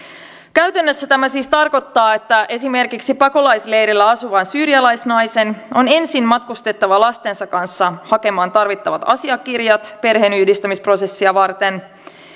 käytännössä tämä siis tarkoittaa että esimerkiksi pakolaisleirillä asuvan syyrialaisnaisen on ensin matkustettava lastensa kanssa hakemaan tarvittavat asiakirjat perheenyhdistämisprosessia varten